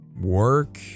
work